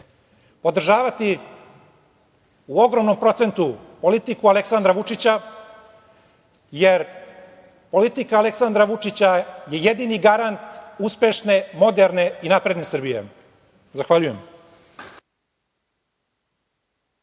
podržavati u ogromnom procentu politiku Aleksandra Vučića, jer politika Aleksandra Vučića je jedini garant uspešne, moderne i napredne Srbije. Zahvaljujem.